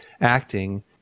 acting